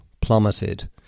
plummeted